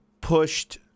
pushed